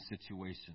situation